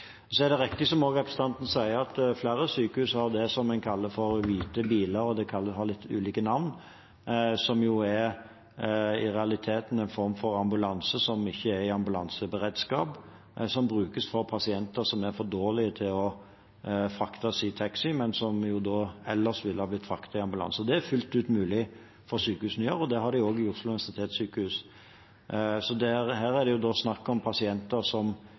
Så er det riktig, som representanten sier, at flere sykehus har det de kaller hvite biler – det har litt ulike navn – som i realiteten er en form for ambulanse som ikke er i ambulanseberedskap, og som brukes til pasienter som er for dårlige til å fraktes i taxi, men som ellers ville blitt fraktet i ambulanse. Dette er fullt ut mulig for sykehusene å gjøre, og det har de også på Oslo Universitetssykehus. Her er det snakk om pasienter som